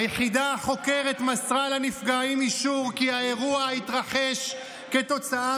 היחידה החוקרת מסרה לנפגעים אישור כי האירוע התרחש כתוצאה